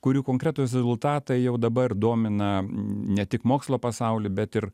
kurių konkretūs rezultatai jau dabar domina ne tik mokslo pasaulį bet ir